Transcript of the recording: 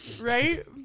Right